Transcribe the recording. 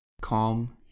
calm